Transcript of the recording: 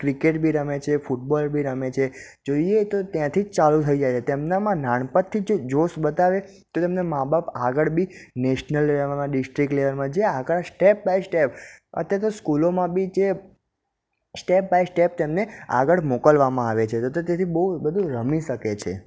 cricket બી રમે છે ફૂટબોલ બી રમે છે જોઈએ તો ત્યાંથી જ ચાલુ થઈ જાય છે તેમનામાં નાનપણથી જ જોશ બતાવે તો તેમને મા બાપ આગળ બી નેશનલ લેવલમાં ડિસ્ટ્રિક્ટ લેવલમાં જે આગળ સ્ટેપ બાય સ્ટેપ અત્યારે તો સ્કૂલોમાં બી જે સ્ટેપ બાય સ્ટેપ તેમને આગળ મોકલવામાં આવે છે તો તેથી બહુ બધું રમી શકે છે